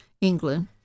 England